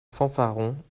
fanfarons